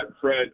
Fred